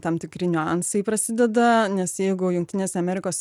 tam tikri niuansai prasideda nes jeigu jungtinėse amerikos